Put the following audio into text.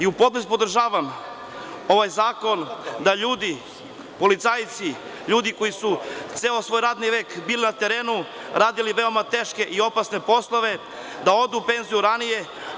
U potpunosti podržavam ovaj zakon da ljudi, policajci, ljudi koji su ceo svoj radni vek bili na terenu, radili veoma teške i opasne poslove, da odu u penziju ranije.